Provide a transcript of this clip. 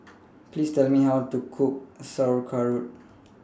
Please Tell Me How to Cook Sauerkraut